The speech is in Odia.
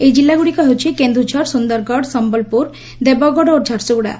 ଏହି ଜିଲ୍ଲାଗୁଡ଼ିକ ହେଉଛି କେନ୍ଦୁଝର ସୁନ୍ଦରଗଡ଼ ସମ୍ଭଲପୁର ଦେବଗଡ଼ ଓ ଝାରସୁଗୁଡ଼ା